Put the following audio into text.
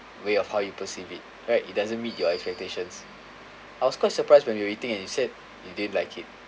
way of how you perceive it right it doesn't meet your expectations I was quite surprised when you were eating and you said you didn't like it